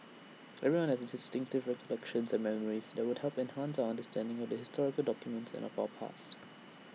everyone has distinctive recollections and memories that would help enhance our understanding of the historical documents and of our past